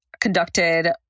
conducted